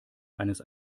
eines